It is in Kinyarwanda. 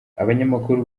abanyamakuru